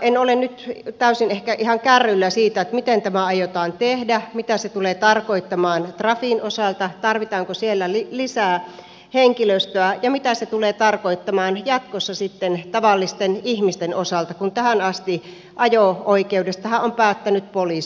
en ole nyt ehkä ihan täysin kärryillä siitä miten tämä aiotaan tehdä mitä se tulee tarkoittamaan trafin osalta tarvitaanko siellä lisää henkilöstöä ja mitä se tulee tarkoittamaan jatkossa tavallisten ihmisten osalta kun tähän asti ajo oikeudestahan on päättänyt poliisi